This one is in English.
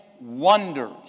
wonders